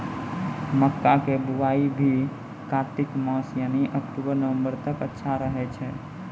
मक्का के बुआई भी कातिक मास यानी अक्टूबर नवंबर तक अच्छा रहय छै